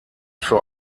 für